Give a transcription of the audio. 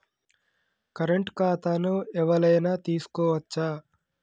Current ఖాతాను ఎవలైనా తీసుకోవచ్చా?